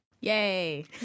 Yay